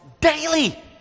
daily